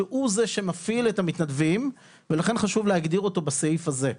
שהוא זה שמפעיל את המתנדבים ולכן חשוב להגדיר אותו בסעיף הזה.